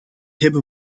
hebben